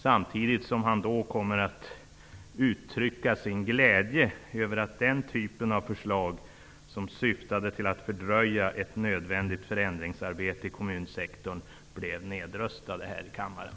Samtidigt kommer han att uttrycka sin glädje över att den typ av förslag som syftade till att fördröja ett nödvändigt förändringsarbete i kommunsektorn blev nedröstat här i kammaren.